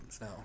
no